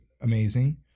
amazing